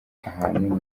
ahantu